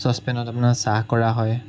চচপেনত আপোনাৰ চাহ কৰা হয়